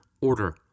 order